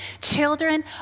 Children